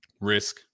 risk